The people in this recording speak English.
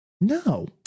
no